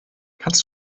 kannst